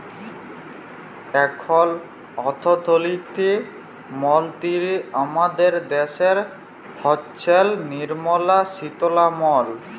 এখল অথ্থলিতি মলতিরি আমাদের দ্যাশের হচ্ছেল লির্মলা সীতারামাল